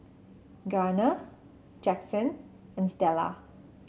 Garner Jackson and Stella